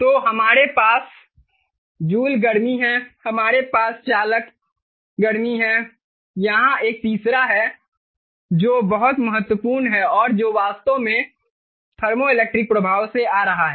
तो हमारे पास जूल गर्मी है हमारे पास चालक गर्मी है यहाँ एक तीसरा है जो बहुत महत्वपूर्ण है और जो वास्तव में थर्मोइलेक्ट्रिक प्रभाव से आ रहा है